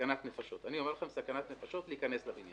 סכנת נפשות להיכנס לבניין.